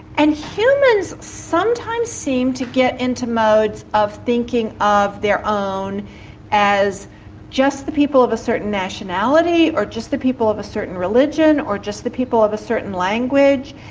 and humans sometimes seem to get into modes of thinking of their own as just the people of a certain nationality or just the people of a certain religion or just the people of a certain language.